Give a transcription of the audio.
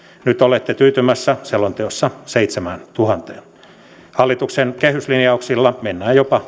nyt olette tyytymässä selonteossa seitsemääntuhanteen hallituksen kehyslinjauksilla mennään jopa